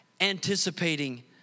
anticipating